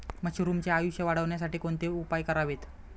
मशरुमचे आयुष्य वाढवण्यासाठी कोणते उपाय करावेत?